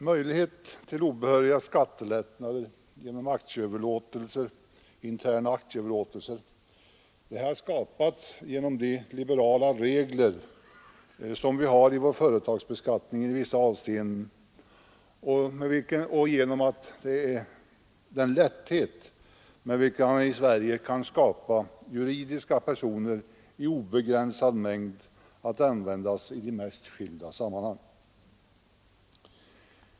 Möjlighet till obehöriga skattelättnader genom intern aktieöverlåtelse har skapats genom de liberala regler som vi i vissa avseenden har i fråga om företagsbeskattning och genom den lätthet med vilken man i Sverige kan skapa juridiska personer i obegränsad mängd att användas i de mest skilda sammanhang.